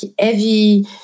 heavy